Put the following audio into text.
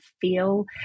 feel